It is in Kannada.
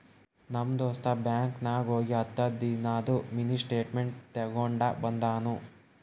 ನಮ್ ದೋಸ್ತ ಬ್ಯಾಂಕ್ ನಾಗ್ ಹೋಗಿ ಹತ್ತ ದಿನಾದು ಮಿನಿ ಸ್ಟೇಟ್ಮೆಂಟ್ ತೇಕೊಂಡ ಬಂದುನು